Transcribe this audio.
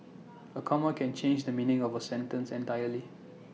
A comma can change the meaning of A sentence entirely